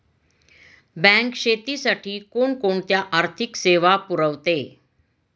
Bank शेतीसाठी कोणकोणत्या आर्थिक सेवा पुरवते?